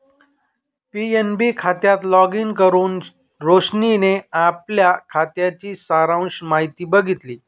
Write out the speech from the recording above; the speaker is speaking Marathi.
पी.एन.बी खात्यात लॉगिन करुन रोशनीने आपल्या खात्याची सारांश माहिती बघितली